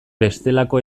bestelako